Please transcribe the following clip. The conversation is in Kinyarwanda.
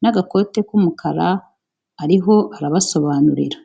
n'agakote k'umukara, ariho arabasobanurira.